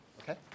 Okay